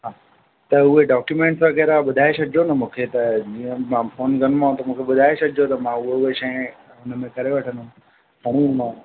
हा त उए डॉक्यूमेंट्स वग़ैरह ॿुधाए छॾिजो न मूंखे त जीअं मां फ़ोन कंदोमांव त मूंखे ॿुधाए छॾिजो मां उहो उहो शइ हुन में करे वठंदुमि करे ॾींदोमांव